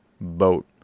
boat